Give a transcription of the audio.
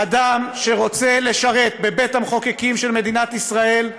אדם שרוצה לשרת בבית-המחוקקים של מדינת ישראל,